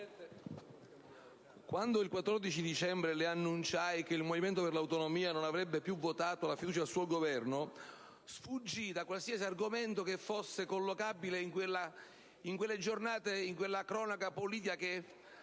al Presidente del Consiglio che il Movimento per le Autonomie non avrebbe più votato la fiducia al suo Governo, sfuggii da qualsiasi argomento che fosse collocabile in quella cronaca politica che